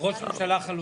ראש ממשלה חלופי.